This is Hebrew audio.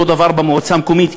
אותו דבר במועצה מקומית,